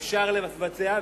אפשר לבצע.